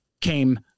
came